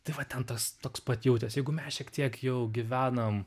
tai va ten tas toks pat jautėsi jeigu mes šiek tiek jau gyvenam